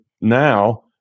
now